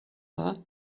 her